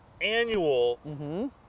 annual